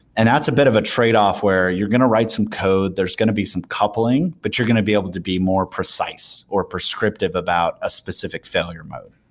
and that's a bit of a trade-off where you're going to write some code. there's going to be some coupling, but you're going to be able to be more precise or prescriptive about a specific failure mode.